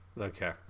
Okay